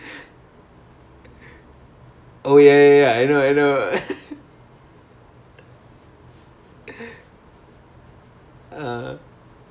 so I've been watching khan academy you know ya organic chemistry tutor then நானே படிச்சுக்கிட்டு:naane padichukkittu then I've been doing all the tests papers like